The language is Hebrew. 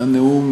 הנאום,